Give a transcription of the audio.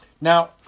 Now